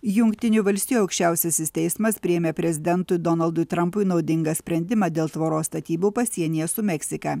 jungtinių valstijų aukščiausiasis teismas priėmė prezidentui donaldui trampui naudingą sprendimą dėl tvoros statybų pasienyje su meksika